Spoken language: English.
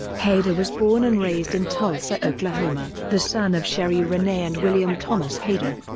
hader was born and raised in tulsa, oklahoma, the son of sherri renee and william thomas hader.